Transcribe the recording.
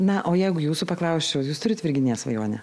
na o jeigu jūsų paklausčiau jūs turite virginija svajonę